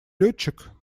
летчик